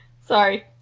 Sorry